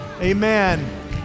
amen